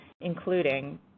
including